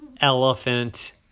elephant